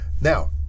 now